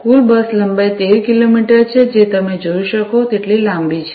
કુલ બસ લંબાઈ 13 કિલોમીટર છે જે તમે જોઈ શકો તેટલી લાંબી છે